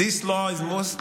אלא אם כן יש,